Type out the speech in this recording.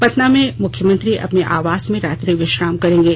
पतना मे मुख्यमंत्री अपने आवास में रात्रि विश्राम करेंगे